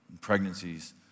pregnancies